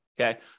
okay